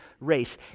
race